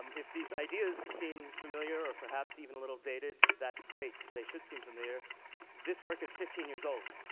um if these ideas seem familiar or perhaps even a little dated, that's great they should seem familiar. this work is fifteen years old.